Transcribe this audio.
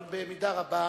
אבל במידה רבה,